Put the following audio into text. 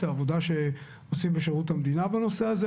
העבודה שעושים בשירות המדינה בנושא הזה,